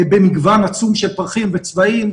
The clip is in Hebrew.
במגוון עצום של פרחים וצבעים,